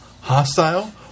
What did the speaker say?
hostile